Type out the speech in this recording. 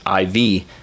IV